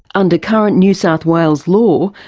under current new south wales law,